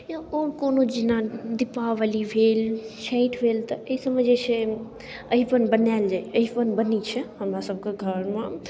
या आओर कोनो जेना दीपावली भेल छठि भेल तऽ एहिसबमे जे छै अरिपण बनाएल जाइत अरिपण बनैत छै हमरासब कऽ घरमे